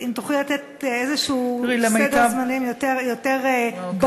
אם תוכלי לתת איזשהו סדר זמנים יותר ברור,